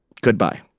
Goodbye